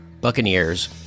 Buccaneers